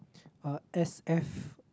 uh S_F~